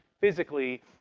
physically